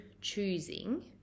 choosing